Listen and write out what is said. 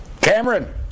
Cameron